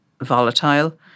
volatile